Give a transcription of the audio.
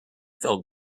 fell